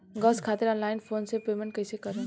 Gas खातिर online phone से payment कैसे करेम?